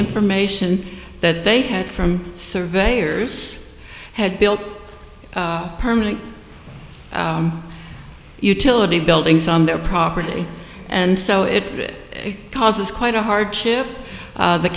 information that they had from surveyors had built permanent utility buildings on their property and so it causes quite a hardship